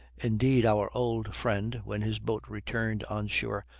indeed, our old friend, when his boat returned on shore,